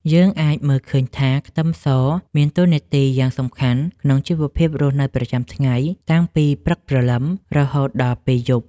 យើងអាចមើលឃើញថាខ្ទឹមសមានតួនាទីយ៉ាងសំខាន់ក្នុងជីវភាពរស់នៅប្រចាំថ្ងៃតាំងពីព្រឹកព្រលឹមរហូតដល់ពេលយប់។